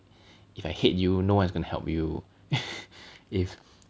if I hate you no one is going to help you if